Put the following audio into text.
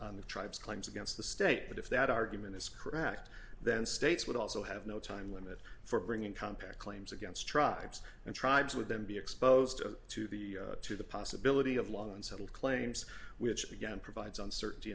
on the tribes claims against the state but if that argument is correct then states would also have no time limit for bringing compact claims against tribes and tribes with them be exposed to the to the possibility of long and settle claims which again provides uncertainty